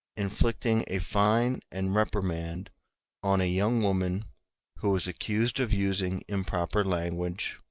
inflicting a fine and reprimand on a young woman who was accused of using improper language,